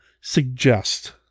suggest